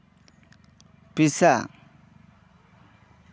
ᱯᱤᱥᱟ